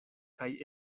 kaj